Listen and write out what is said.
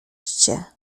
cię